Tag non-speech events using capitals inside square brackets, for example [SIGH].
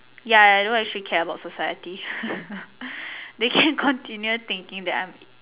ya I don't actually care about society [LAUGHS] they can continue thinking that I'm